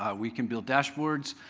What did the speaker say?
ah we can build dashboards,